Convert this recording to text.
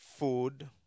food